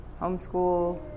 Homeschool